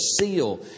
seal